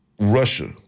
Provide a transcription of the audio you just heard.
Russia